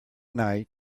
night